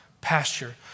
pasture